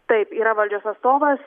taip yra valdžios atstovas